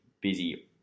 busy